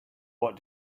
what